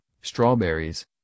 strawberries